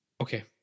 Okay